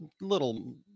little